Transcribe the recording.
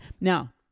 Now